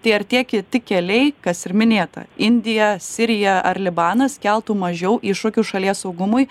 tai ar tie kiti keliai kas ir minėta indija sirija ar libanas keltų mažiau iššūkių šalies saugumui